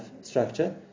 structure